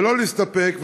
ולא להסתפק,